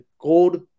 gold